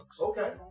Okay